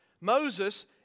Moses